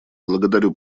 благодарю